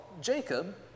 Jacob